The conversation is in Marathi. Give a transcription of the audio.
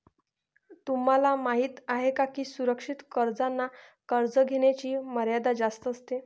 तुम्हाला माहिती आहे का की सुरक्षित कर्जांना कर्ज घेण्याची मर्यादा जास्त असते